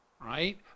right